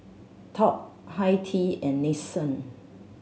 Top Hi Tea and Nixon